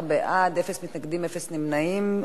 12 בעד, אין מתנגדים, אין נמנעים.